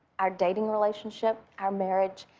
our dating relationship, our marriage,